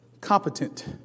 competent